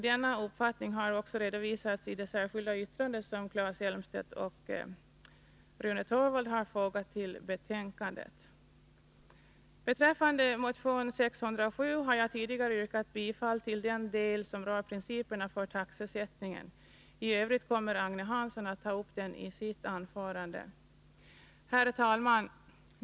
Denna uppfattning har också redovisats i det särskilda yttrande som Claes Elmstedt och Rune Torwald har fogat till betänkandet. Beträffande motion 607 har jag tidigare yrkat bifall till den del som rör principerna för taxesättningen. I övrigt kommer Agne Hansson att ta upp den i sitt anförande. Herr talman!